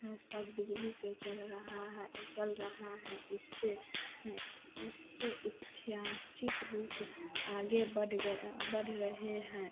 हैं सब बिजली पर चल रहा है चल रहा है इससे हं इससे ऐतिहासिक रूप आगे बढ़ गया बढ़ रहे हैं